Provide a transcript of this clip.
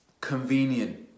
convenient